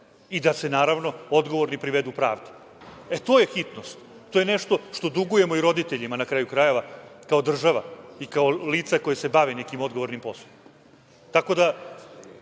i da se, naravno, odgovorni privedu pravdi. E, to je hitnost. To je nešto što dugujemo i roditeljima, na kraju krajeva, kao država i kao lica koja se bave nekim odgovornim poslom. Što se